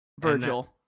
Virgil